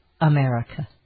America